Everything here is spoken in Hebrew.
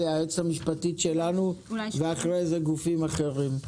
היועצת המשפטית של הוועדה ואחר כך גופים אחרים.